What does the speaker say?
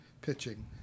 pitching